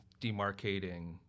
demarcating